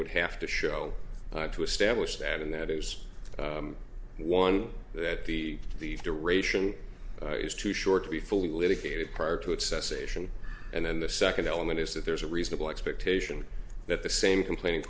would have to show to establish that and that is one that the the the ration is too short to be fully litigated prior to its cessation and then the second element is that there's a reasonable expectation that the same complaining